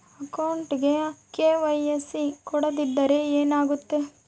ಅಕೌಂಟಗೆ ಕೆ.ವೈ.ಸಿ ಕೊಡದಿದ್ದರೆ ಏನಾಗುತ್ತೆ?